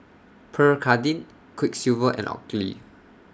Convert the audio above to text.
Pierre Cardin Quiksilver and Oakley